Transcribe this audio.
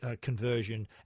conversion